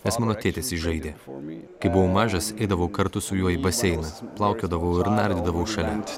nes mano tėtis jį žaidė kai buvau mažas eidavau kartu su juo į baseiną plaukiodavau ir nardydavau šalia ant tirpalų